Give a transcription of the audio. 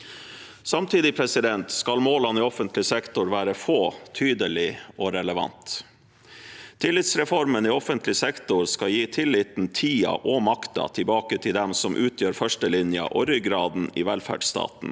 Samtidig skal målene i offentlig sektor være få, tydelige og relevante. Tillitsreformen i offentlig sektor skal gi tilliten, tiden og makten tilbake til dem som utgjør førstelinjen og ryggraden i velferdsstaten,